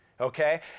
Okay